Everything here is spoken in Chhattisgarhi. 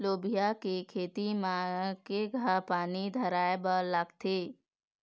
लोबिया के खेती म केघा पानी धराएबर लागथे?